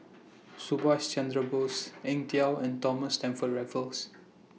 Subhas Chandra Bose Eng Tow and Thomas Stamford Raffles